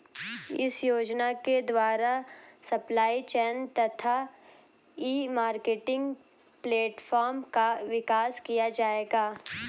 इस योजना के द्वारा सप्लाई चेन तथा ई मार्केटिंग प्लेटफार्म का विकास किया जाएगा